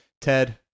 Ted